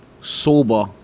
sober